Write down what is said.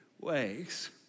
ways